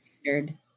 standard